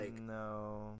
No